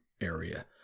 area